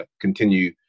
continue